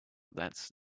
that’s